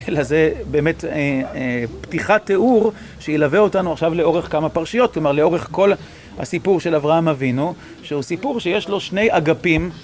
אלא זה באמת פתיחת תיאור שילווה אותנו עכשיו לאורך כמה פרשיות כלומר לאורך כל הסיפור של אברהם אבינו שהוא סיפור שיש לו שני אגפים